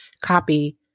copy